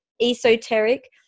esoteric